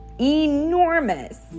enormous